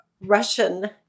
Russian